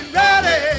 ready